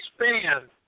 expand